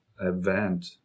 Event